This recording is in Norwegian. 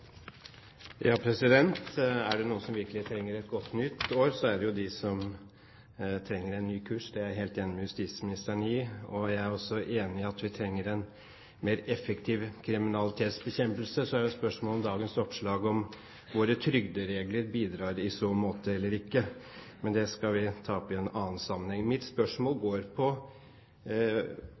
er det de som trenger en ny kurs. Det er jeg helt enig med justisministeren i. Jeg er også enig i at vi trenger en mer effektiv kriminalitetsbekjempelse. Så er spørsmålet om dagens oppslag om våre trygderegler bidrar i så måte eller ikke, men det skal vi ta opp i en annen sammenheng. Mitt spørsmål går på